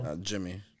Jimmy